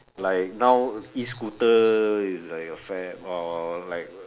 like now E scooter is like a fad or like